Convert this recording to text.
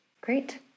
Great